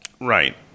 Right